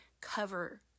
cover